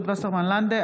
רות וסרמן לנדה,